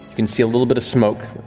can see a little bit of smoke.